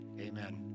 amen